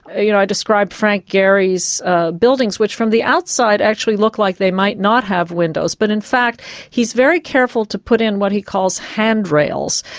you know i described frank gehry's buildings which from the outside actually look like they might not have windows but in fact he's very careful to put in what he calls handrails,